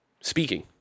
speaking